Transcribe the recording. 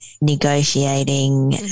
negotiating